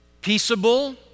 peaceable